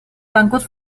bancos